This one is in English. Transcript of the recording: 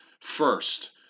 first